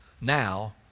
Now